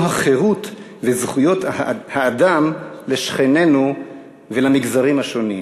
החירות וזכויות האדם לשכנינו ולמגזרים השונים.